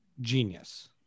genius